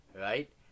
right